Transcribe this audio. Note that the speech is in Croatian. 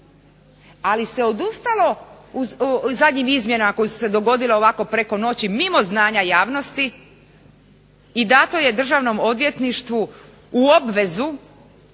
Ali se odustalo u zadnjim izmjenama koje su se dogodile ovako preko noći mimo znanja javnosti i dato je državnom odvjetništvu u obvezu